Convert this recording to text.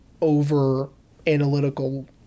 over-analytical